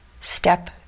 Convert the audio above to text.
Step